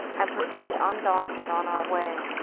and proceed undaunted on our way.